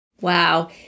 Wow